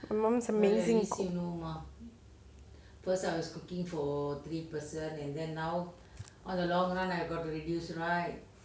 my mummy is amazing cook you know